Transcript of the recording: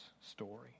story